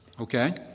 Okay